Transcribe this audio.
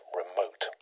remote